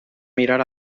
mirar